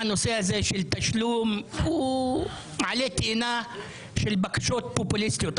והנושא הזה של תשלום הוא עלה תאנה של בקשות פופוליסטיות.